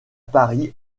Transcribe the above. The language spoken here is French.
paris